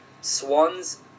Swans